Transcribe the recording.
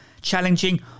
challenging